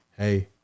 hey